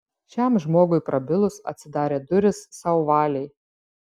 šiam žmogui prabilus atsidarė durys sauvalei